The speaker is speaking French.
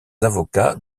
avocats